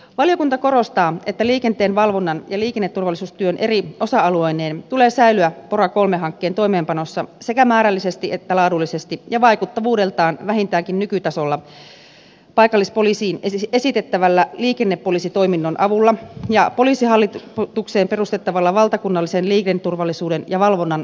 valiokunta korostaa että liikenteen valvonnan ja liikenneturvallisuustyön eri osa alueineen tulee säilyä pora iii hankkeen toimeenpanossa sekä määrällisesti että laadullisesti ja vaikuttavuudeltaan vähintäänkin nykytasolla paikallispoliisiin esitettävän liikennepoliisitoiminnon avulla ja poliisihallitukseen perustettavalla valtakunnallisen liikenneturvallisuuden ja valvonnan ohjaustoiminnolla